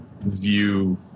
view